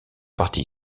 partie